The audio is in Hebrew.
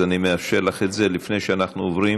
אז אני מאפשר לך את זה לפני שאנחנו עוברים